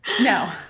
No